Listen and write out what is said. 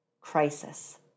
crisis